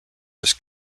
was